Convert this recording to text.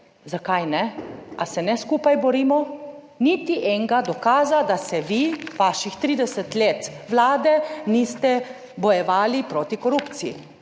Zakaj ne? Ali se ne skupaj borimo? Niti enega dokaza, da se vi vaših 30 let Vlade niste bojevali proti korupciji.